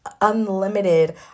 unlimited